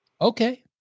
okay